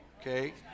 Okay